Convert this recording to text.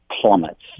plummets